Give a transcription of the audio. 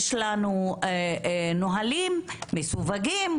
יש לנו נהלים מסווגים,